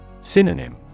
Synonym